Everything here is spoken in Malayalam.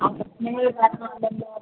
ആ പ്രശ്നങ്ങൾ കാരണം അല്ലല്ലോ